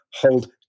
hold